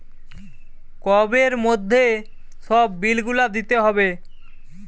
কোবের মধ্যে সব বিল গুলা দিতে হবে